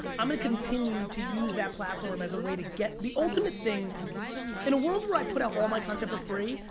i'm gonna continue to use that platform as a way to get, the ultimate thing in a world where i put out all my content for free,